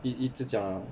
一一直讲啦